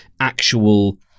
actual